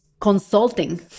consulting